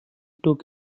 took